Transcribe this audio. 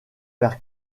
vers